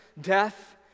death